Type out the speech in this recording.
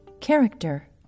Character